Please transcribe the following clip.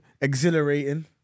Exhilarating